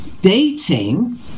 dating